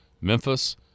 memphis